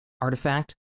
artifact